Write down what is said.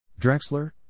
Drexler